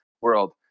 world